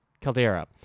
Caldera